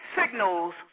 signals